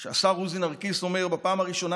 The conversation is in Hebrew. שהשר עוזי נרקיס אמר: בפעם הראשונה